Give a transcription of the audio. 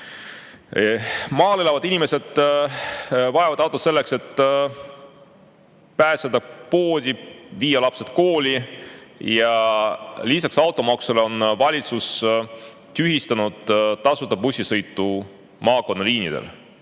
Maal elavad inimesed vajavad autot selleks, et pääseda poodi, viia lapsed kooli. Lisaks automaksule on valitsus tühistanud tasuta bussisõidu maakonnaliinidel.